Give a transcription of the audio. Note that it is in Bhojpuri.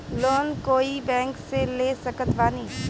लोन कोई बैंक से ले सकत बानी?